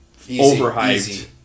overhyped